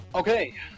Okay